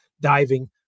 diving